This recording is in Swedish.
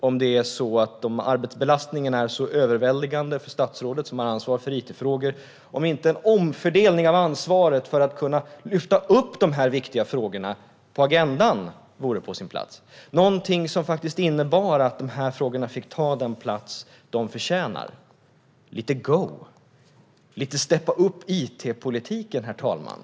Om arbetsbelastningen är så överväldigande för statsrådet som har ansvar för it-frågor kan man fråga sig om inte en omfördelning av ansvaret för att kunna lyfta upp dessa viktiga frågor på agendan vore på sin plats. Det skulle vara någonting som innebar att dessa frågor fick ta den plats de förtjänar och ge it-politiken lite go och step up, herr talman.